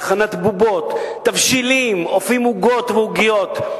להכנת בובות, תבשילים, אופים עוגות ועוגיות.